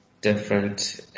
different